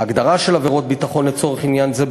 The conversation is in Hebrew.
ההגדרה של "עבירות ביטחון" לצורך עניין זה,